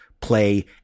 play